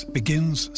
begins